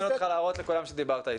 אני מזמין אותך להראות לכולם שדיברת איתי.